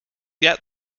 yet